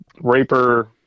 Raper